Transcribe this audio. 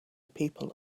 people